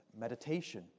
meditation